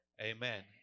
Amen